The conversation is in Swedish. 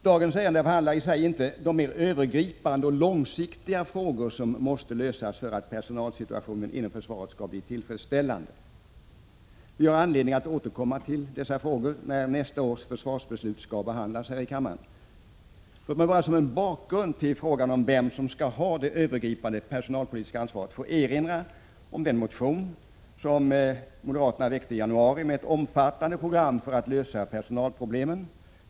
Dagens ärende behandlar i sig inte de mer övergripande och långsiktiga frågor som måste lösas för att personalsituationen inom försvaret skall bli tillfredsställande. Vi har anledning att återkomma till dessa frågor, när nästa års försvarsbeslut skall behandlas här i kammaren. Låt mig bara, som en bakgrund till frågan om vem som skall ha det övergripande personalpolitiska ansvaret, få erinra om den motion som moderaterna väckte i januari med ett omfattande program för att lösa personalproblemen.